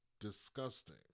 disgusting